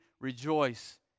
rejoice